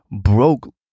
broke